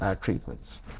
treatments